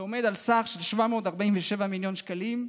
שעומד על סך 747 מיליון שקלים,